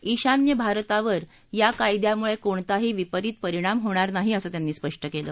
ईशान्य भारतावर या कायद्यामुळे कोणताही विपरित परिणाम होणार नाही असं त्यांनी स्पष्ट केलं